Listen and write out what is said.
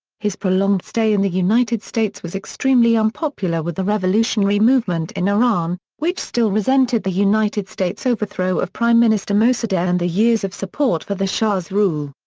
his prolonged stay in the united states was extremely unpopular with the revolutionary movement in iran, which still resented the united states' overthrow of prime minister mosaddegh and the years of support for the shah's rule.